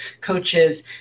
coaches